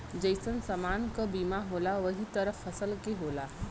जइसन समान क बीमा होला वही तरह फसल के होला